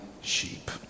sheep